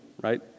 Right